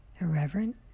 irreverent